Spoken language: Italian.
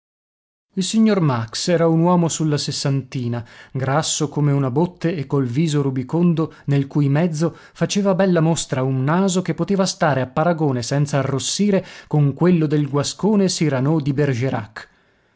il signor max era un uomo sulla sessantina grasso come una botte e col viso rubicondo nel cui mezzo faceva bella mostra un naso che poteva stare a paragone senza arrossire con quello del guascone cyrano di bergerac